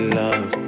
love